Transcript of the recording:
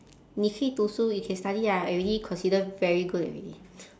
你去读书 you can study ah already consider very good already